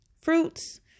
fruits